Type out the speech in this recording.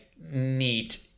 neat